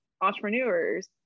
entrepreneurs